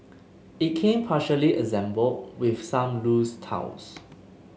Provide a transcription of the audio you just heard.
it came partially assembled with some loose tiles